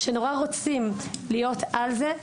שנורא רוצים להיות על זה.